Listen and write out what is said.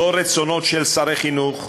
לא רצונות של שרי חינוך,